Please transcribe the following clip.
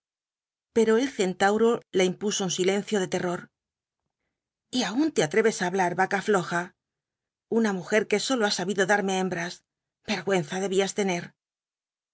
pero el centauro la impuso un silencio de terror y aun te atreves á hablar vaca floja una mujer que sólo ha sabido darme hembras vergüenza debías tener